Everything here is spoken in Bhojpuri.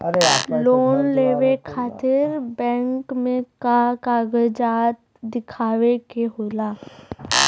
लोन लेवे खातिर बैंक मे का कागजात दिखावे के होला?